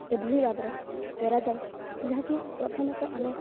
ଏଭଳି ଭାବରେ କରାଯାଏ ଯାହାକି ପ୍ରଥମେ ତ ଆମେ